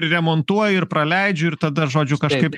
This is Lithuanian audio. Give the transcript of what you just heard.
remontuoju ir praleidžiu ir tada žodžiu kažkaip